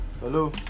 Hello